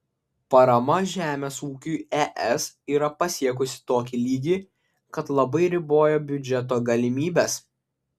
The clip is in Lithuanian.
parama žemės ūkiui es yra pasiekusį tokį lygį kad labai riboja biudžeto galimybes